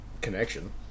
connection